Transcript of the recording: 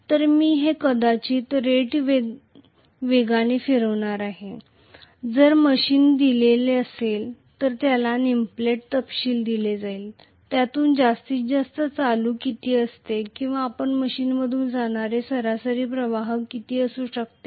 तर मी हे कदाचित रेट वेगाने फिरवणार आहे जर मशीन दिलेली असेल तर त्याला नेमप्लेट तपशील दिले जाईल त्यातून जास्तीत जास्त करंट किती असते किंवा आपण मशीनमधून जाणारे सरासरी प्रवाह किती असू शकते